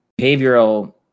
behavioral